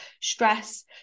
stress